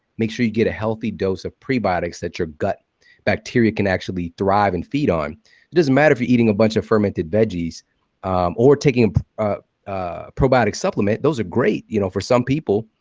make sure you get a healthy dose of prebiotics that your gut bacteria can actually thrive and feed on. it doesn't matter if you're eating a bunch of fermented veggies or taking a probiotic supplement. those are great you know for some people,